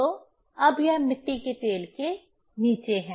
तो यह अब मिट्टी के तेल के नीचे है